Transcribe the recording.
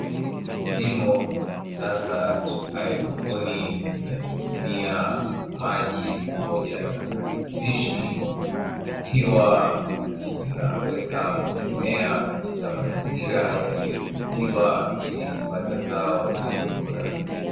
Kilimo cha kisasa cha haidroponi kinachotumia maji pamoja na virutubishi, ikiwa inaweka mimea katika mazingira yaliyodhibitiwa ili kupata zao lililo bora.